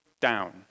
down